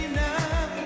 now